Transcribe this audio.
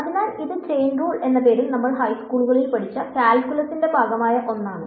അതിനാൽ ഇത് chain rule എന്ന പേരിൽ നമ്മൾ ഹൈസ്കൂളുകളിൽ പഠിച്ച കാൽക്കുലസിന്റെ ഭാഗമായ ഒന്നാണ്